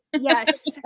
Yes